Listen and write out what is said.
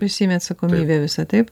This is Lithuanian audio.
prisiimi atsakomybę visą taip